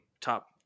top